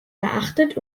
beachtet